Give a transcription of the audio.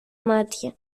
μάτια